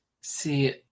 See